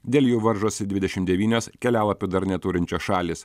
dėl jų varžosi dvidešim devynios kelialapių dar neturinčios šalys